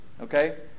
okay